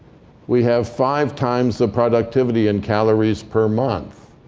we have five times the productivity and calories per month.